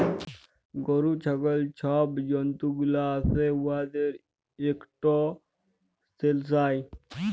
গরু, ছাগল ছব জল্তুগুলা আসে উয়াদের ইকট সেলসাস